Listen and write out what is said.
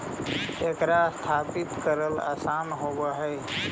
एकरा स्थापित करल आसान होब हई